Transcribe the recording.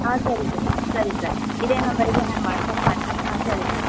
ಹಾಂ ಸರಿ ಸರ್ ಸರಿ ಸರ್ ಇದೇ ನಂಬರಿಗೆ ನಾನು ವಾಟ್ಸ್ಆ್ಯಪ್ ಮಾಡ್ತೀನಿ ಹಾಂ ಸರಿ ಸರ್